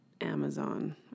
Amazon